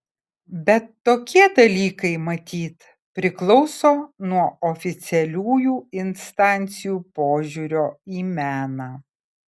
bet tokie dalykai matyt priklauso nuo oficialiųjų instancijų požiūrio į meną